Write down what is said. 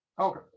okay